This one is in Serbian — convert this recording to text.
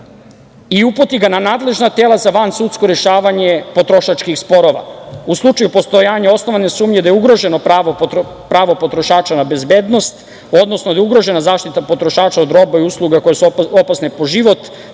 i uputi ga na nadležna tela za vansudsko rešavanje potrošačkih sporova.U slučaju postojanja osnovane sumnje da je ugroženo pravo potrošača na bezbednost, odnosno da je ugrožena zaštita potrošača od roba i usluga koje su opasne po život,